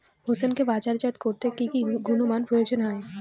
হোসেনকে বাজারজাত করতে কি কি গুণমানের প্রয়োজন?